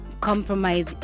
compromise